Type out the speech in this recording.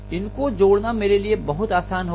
इनको जोड़ना मेरे लिए बहुत आसान होगा